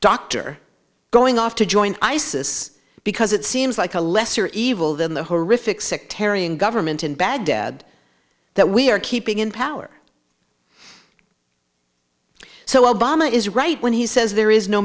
dr going off to join isis because it seems like a lesser evil than the horrific sectarian government in baghdad that we are keeping in power so obama is right when he says there is no